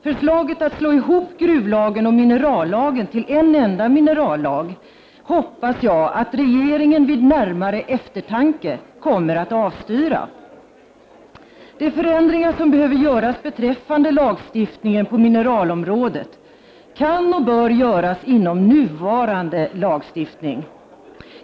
Förslaget att slå ihop gruvlagen och minerallagen till en enda minerallag hoppas jag att regeringen vid närmare eftertanke kommer att avstyra. De förändringar som behöver göras beträffande lagstiftningen på mineralområdet kan och bör göras inom nuvarande lagstiftning.